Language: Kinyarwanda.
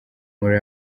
muri